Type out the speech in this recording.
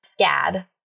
SCAD